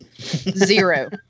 Zero